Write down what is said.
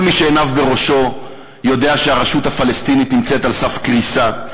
כל מי שעיניו בראשו יודע שהרשות הפלסטינית נמצאת על סף קריסה,